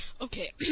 Okay